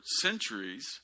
centuries